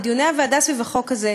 בדיוני הוועדה סביב החוק הזה,